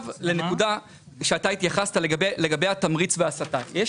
לגבי התמריץ וההסטה, נקודה שאתה התייחסת אליה.